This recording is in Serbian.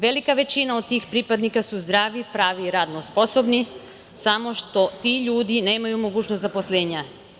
Velika većina od tih pripadnika su zdravi, pravi, radno sposobni, samo što ti ljudi nemaju mogućnost zaposlenja.